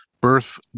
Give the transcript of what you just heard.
birth